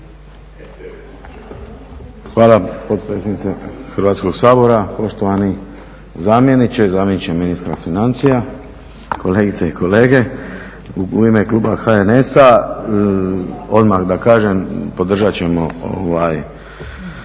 Hvala potpredsjednice Hrvatskoga sabora, poštovani zamjeniče i zamjeniče ministra financija, kolegice i kolege. U ime kluba HNS-a odmah da kažem podržati ćemo Zakon